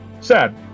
sad